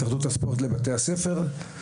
הבית-ספריים היא התאחדות הספורט לבתי הספר.